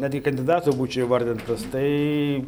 netgi kandidatu būčiau įvardintas tai